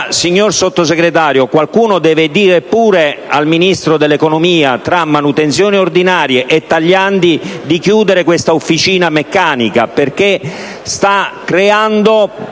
signor Sottosegretario, qualcuno dovrà pur dire al Ministro dell'economia, tra manutenzioni ordinarie e tagliandi, di chiudere questa officina meccanica che sta creando